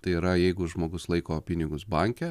tai yra jeigu žmogus laiko pinigus banke